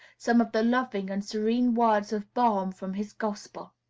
some of the loving and serene words of balm from his gospel.